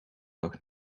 lag